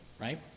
Right